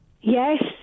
Yes